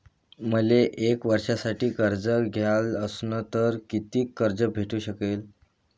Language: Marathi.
मले एक वर्षासाठी कर्ज घ्याचं असनं त कितीक कर्ज भेटू शकते?